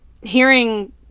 Hearing